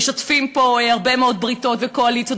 משתפים פה בהרבה מאוד בריתות וקואליציות,